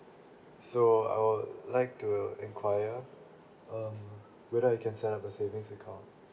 so I would like to enquire um whether I can set up a savings account